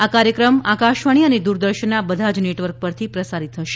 આ કાર્યક્રમ આકાશવાણી અને દૂરદર્શનના બધા જ નેટવર્ક પરથી પ્રસારિત થશે